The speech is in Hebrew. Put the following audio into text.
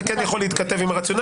זה יכול להתכתב עם הרציונל.